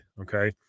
Okay